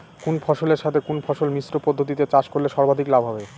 কোন ফসলের সাথে কোন ফসল মিশ্র পদ্ধতিতে চাষ করলে সর্বাধিক লাভ হবে?